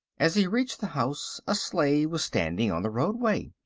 as he reached the house a sleigh was standing on the roadway.